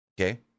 Okay